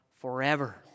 forever